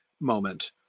moment